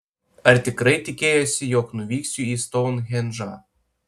ar tikrai tikėjosi jog nuvyksiu į stounhendžą